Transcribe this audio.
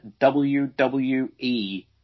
WWE